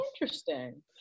Interesting